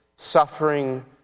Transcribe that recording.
Suffering